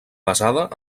basada